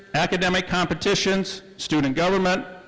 academic competitions, student government,